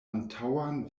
antaŭan